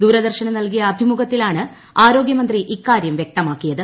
ദൂരദർശന് നൽകിയ അഭിമുഖത്തിലാണ് ആരോഗ്യമന്ത്രി ഇക്കാര്യം വ്യക്തമാക്കിയത്